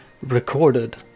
recorded